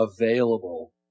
available